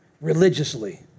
religiously